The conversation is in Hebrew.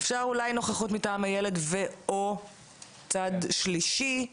אפשר אולי נוכחות מטעם הילד ו/או צד שלישי.